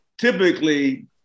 typically